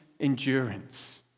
endurance